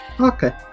okay